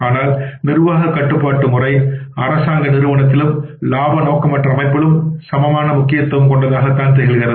ஆனால் நிர்வாகக் கட்டுப்பாட்டு முறை அரசாங்க நிறுவனத்திலும் இலாப நோக்கற்ற அமைப்பிலும் சமமாக முக்கியமானது